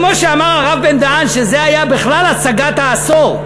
כמו שאמר הרב בן-דהן, שזה היה בכלל הצגת העשור,